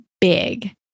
big